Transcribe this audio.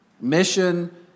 mission